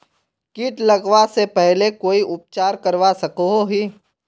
किट लगवा से पहले कोई उपचार करवा सकोहो ही?